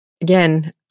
again